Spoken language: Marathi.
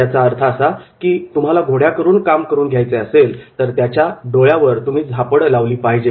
याचा अर्थ असा की जर तुम्हाला घोड्याकडून काम करून घ्यायचे असेल तर त्याच्या डोळ्यावर तुम्ही झापड लावली पाहिजे